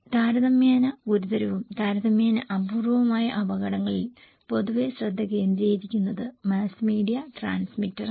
താരതമ്യേന ഗുരുതരവും താരതമ്യേന അപൂർവവുമായ അപകടങ്ങളിൽ പൊതുവെ ശ്രദ്ധ കേന്ദ്രീകരിക്കുന്നത് മാസ് മീഡിയ ട്രാൻസ്മിറ്ററാണ്